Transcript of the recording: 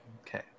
Okay